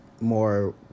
more